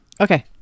Okay